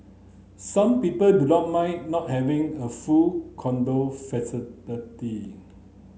some people do not mind not having a full condo facility